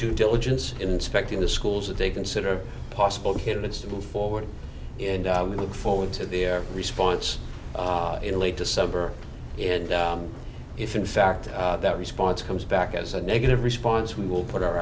due diligence inspecting the schools that they consider possible candidates to move forward and we look forward to their response in late december and if in fact that response comes back as a negative response we will put our